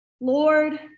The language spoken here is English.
Lord